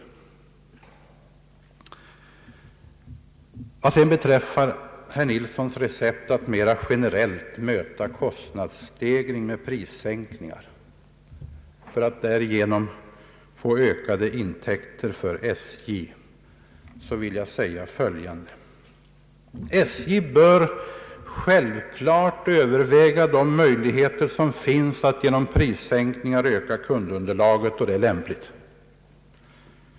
Vad sedan beträffar herr Nilssons recept att mera generellt möta kostnadsstegring med prissänkningar för att därigenom få ökade intäkter för SJ vill jag säga följande. SJ bör självklart överväga de möjligheter som finns att genom prissänkningar öka kundunderlaget, då det är lämpligt.